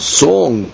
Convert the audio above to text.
song